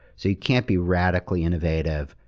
so you can't be radically innovative,